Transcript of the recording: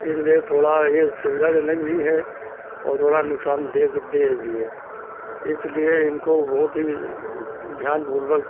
इसलिए थोड़ा यह सुविधाजनक भी है और थोड़ा नुकसान देख देह भी है इसलिए इनको बहुत ही ध्यानपूर्वक